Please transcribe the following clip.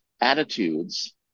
attitudes